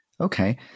Okay